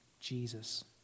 Jesus